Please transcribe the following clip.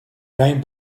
came